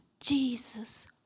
Jesus